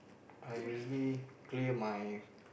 I usually clear my